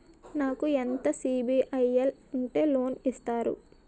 నాకు ఎంత సిబిఐఎల్ ఉంటే లోన్ ఇస్తారు?